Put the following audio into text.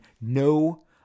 no